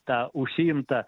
tą užsiimt tą